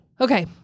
Okay